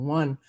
one